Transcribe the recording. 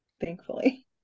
thankfully